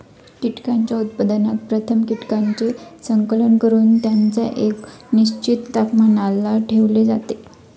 कीटकांच्या उत्पादनात प्रथम कीटकांचे संकलन करून त्यांना एका निश्चित तापमानाला ठेवले जाते